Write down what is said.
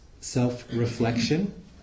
self-reflection